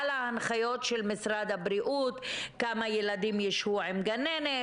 ההנחיות של משרד הבריאות - כמה ילדים יישבו עם גננות.